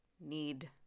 need